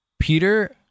Peter